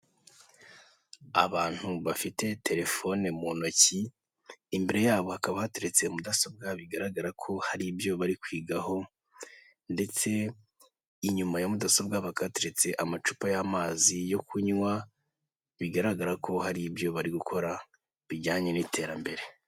Abantu bafite telefone mu ntoki, imbere yabo ha bakaba batetse mudasobwa bigaragara ko hari ibyo bari kwigaho, ndetse inyuma ya mudasobwa bakateretse amacupa y'amazi yo kunywa, bigaragara ko hari ibyo bari gukora bijyanye n'iterambere.